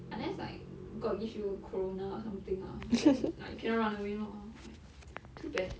unless like god give you corona or something ah then like you cannot run away lor like too bad